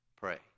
Pray